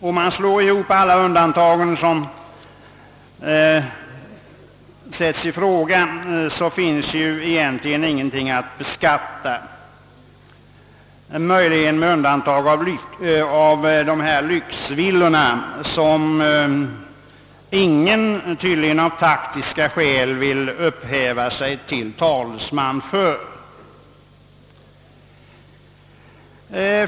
Om man slår ihop alla dessa undantag finns egentligen ingenting att beskatta, utom möjligen lyxvillorna som ingen — tydligen av taktiska skäl — vill upphäva sig till talesman för.